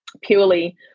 Purely